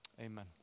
Amen